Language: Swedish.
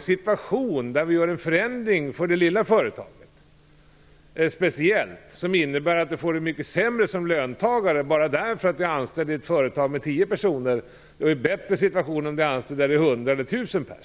situation som innebär en förändring, speciellt för det lilla företaget. Det skulle kunna innebära att löntagarna får det mycket sämre bara för att de är anställda i ett företag med tio anställda. Det är ju en bättre situation att vara anställd i ett företag med hundra eller tusen anställda.